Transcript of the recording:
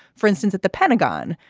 for instance, at the pentagon,